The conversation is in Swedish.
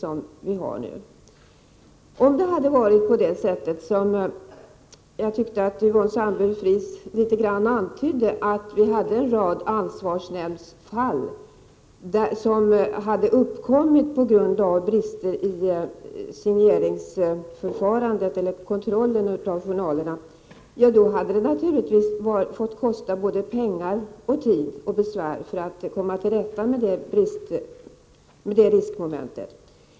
Om det hade varit på det sättet, som jag tyckte att Yvonne Sandberg-Fries antydde, att en rad ansvarsnämndsfall hade uppkommit på grund av brister i signeringsförfarandet eller kontrollen av journalerna, hade det naturligtvis fått kosta både pengar, tid och besvär att komma till rätta med detta riskmoment.